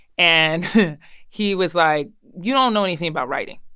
and he was like, you don't know anything about writing.